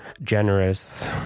generous